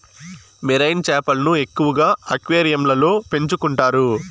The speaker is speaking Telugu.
మెరైన్ చేపలను ఎక్కువగా అక్వేరియంలలో పెంచుకుంటారు